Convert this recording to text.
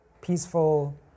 peaceful